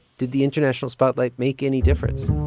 did the international spotlight make any difference?